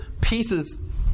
pieces